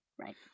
Right